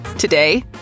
Today